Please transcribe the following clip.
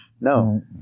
No